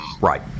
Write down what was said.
right